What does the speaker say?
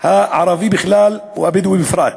הערבי בכלל והבדואי בפרט,